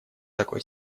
такой